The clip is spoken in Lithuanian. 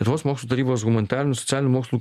lietuvos mokslų tarybos humanitarinių ir socialinių mokslų